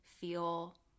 feel